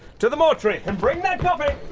to the mortuary. and bring that coffee!